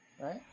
Right